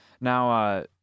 now